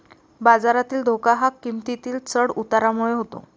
बाजारातील धोका हा किंमतीतील चढ उतारामुळे होतो